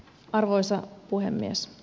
arvoisa puhemies